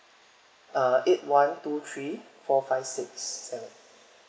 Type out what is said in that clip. uh eight one two three four five six seven